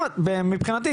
מבחינתי,